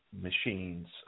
machines